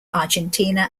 argentina